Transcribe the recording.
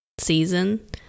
season